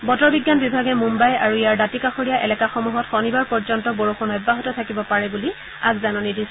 বতৰ বিজ্ঞান বিভাগে মুন্নাই আৰু ইয়াৰ দাঁতি কাষৰীয়া এলেকাসমূহত শনিবাৰ পৰ্য্যন্ত বৰষুণ অব্যাহত থাকিব পাৰে বুলি পূৰ্বানুমান কৰিছে